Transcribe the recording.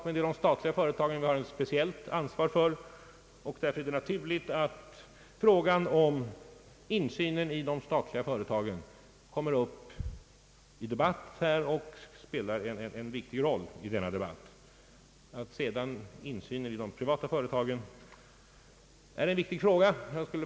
Eftersom vi har ett speciellt ansvar för de statliga företagen är det av särskild vikt att insynen i dem kommer upp till debatt här och får spela en viktig roll.